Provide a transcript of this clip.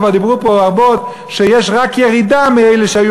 כבר דיברו פה רבות שיש רק ירידה באלה שהיו